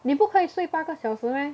你不可以睡八个小时 meh